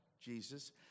Jesus